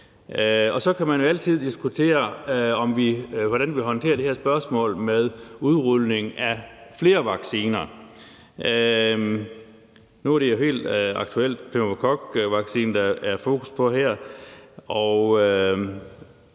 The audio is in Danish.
Så kan man altid diskutere, hvordan vi håndterer det her spørgsmål om udrulning af flere vacciner. Nu er det jo helt aktuelt pneumokokvaccinen, der er fokus på her,